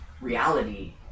reality